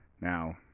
Now